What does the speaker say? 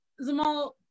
Zamal